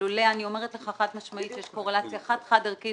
אני אומרת לך חד-משמעית שיש קורלציה חד-חד-ערכית